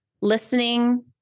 Listening